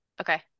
Okay